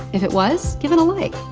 if it was, give it a like.